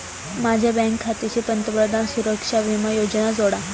माझ्या बँक खात्याशी पंतप्रधान सुरक्षा विमा योजना जोडा